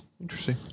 interesting